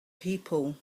people